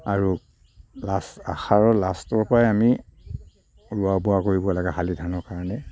আৰু লাষ্ট আহাৰৰ লাষ্টৰপৰাই আমি ৰুৱা বোৱা কৰিব লাগে শালি ধানৰ কাৰণে